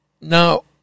Now